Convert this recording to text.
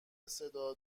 صدا